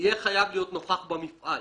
יהיה חייב להיות נוכח במפעל.